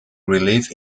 relief